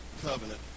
covenant